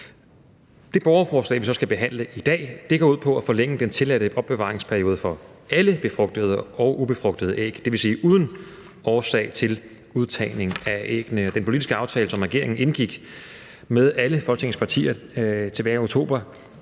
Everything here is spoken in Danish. Det borgerforslag, vi så skal behandle i dag, går ud på at forlænge den tilladte opbevaringsperiode for alle befrugtede og ubefrugtede æg uanset årsagen til udtagningen af æggene. Den politiske aftale, som regeringen indgik med alle Folketingets partier tilbage i oktober,